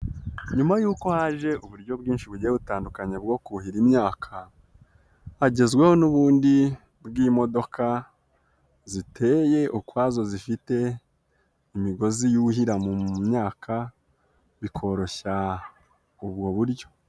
Nyuma yuko haje uburyo bwinshi bugiye butandukanye bwo kuhira imyaka, hagezweho n'ubundi bw'imodoka ziteye ukwazo zifite imigozi yuhira mu myaka bikoroshya ubwo buryo.